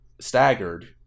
Staggered